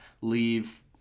Leave